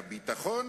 הביטחון